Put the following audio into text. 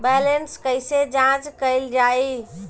Balance कइसे जांच कइल जाइ?